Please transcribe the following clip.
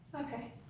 Okay